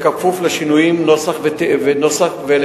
כפוף לשינויי נוסח ולתיאום.